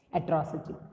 atrocity